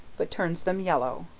but turns them yellow.